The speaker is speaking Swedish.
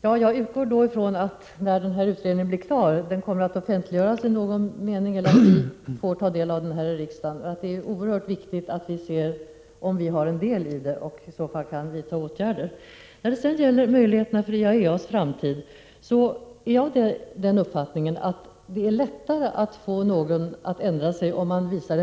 Herr talman! Jag utgår från att utredningen när den blir klar kommer att offentliggöras på något sätt eller att vi får ta del av den här i riksdagen. Det är oerhört viktigt att få veta huruvida vi har någon del i det som inträffat och att vi kan vidta åtgärder i detta sammanhang. När det sedan gäller IAEA:s framtid har jag den uppfattningen att det är lättare att få någon att ändra sig, om man anvisar